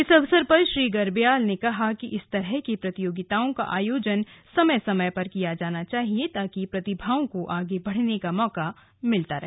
इस अवसर पर श्री गर्ब्याल ने कहा कि इस तरह की प्रतियोगिताओं का आयोजन समय समय पर किया जाना चाहिए ताकि प्रतिभाओं को आगे बढ़ने का मौका मिलता रहे